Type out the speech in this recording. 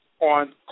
on